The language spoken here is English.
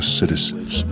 citizens